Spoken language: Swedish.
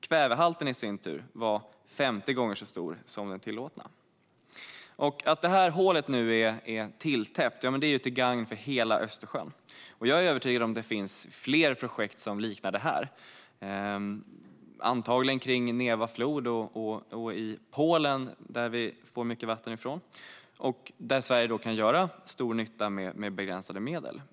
Kvävehalten i sin tur var ungefär 50 gånger så stor som den tillåtna. Att detta hål nu är tilltäppt är till gagn för hela Östersjön, och jag är övertygad om att det finns fler projekt liknande detta, antagligen kring floden Neva och i Polen, där Sverige kan göra stor nytta med begränsade medel.